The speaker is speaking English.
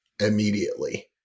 immediately